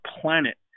planet